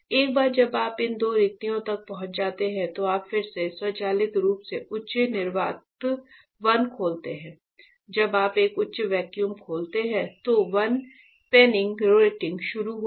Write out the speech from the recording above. एक बार जब आप इन दो रिक्तियों तक पहुंच जाते हैं तो आप फिर से स्वचालित रूप से उच्च निर्वात 1 खोलते हैं जब आप एक उच्च वैक्यूम खोलते हैं तो 1 पेनिंग रेटिंग शुरू हो जाएगी